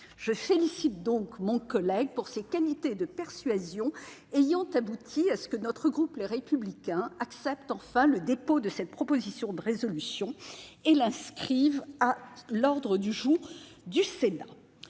Je félicite donc mon collègue pour ses qualités de persuasion ayant abouti à ce que le groupe Les Républicains accepte le dépôt de cette proposition de résolution et son inscription à notre ordre du jour.